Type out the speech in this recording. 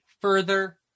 further